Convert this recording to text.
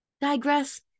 digress